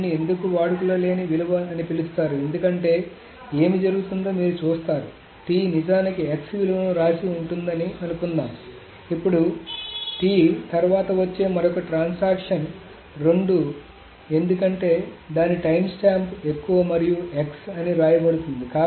దీనిని ఎందుకు వాడుకలో లేని విలువ అని పిలుస్తారు ఎందుకంటే ఏమి జరుగుతుందో మీరు చూస్తారు T నిజానికి x విలువను వ్రాసి ఉంటుందని అనుకుందాం ఇప్పుడు T తర్వాత వచ్చే మరొక ట్రాన్సాక్షన్ రెండు ఎందుకంటే దాని టైమ్స్టాంప్ ఎక్కువ మరియు x అని వ్రాయబడుతుంది